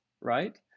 right